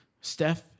Steph